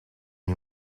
you